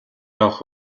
явах